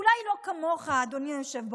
אולי לא כמוך, אדוני היושב-ראש,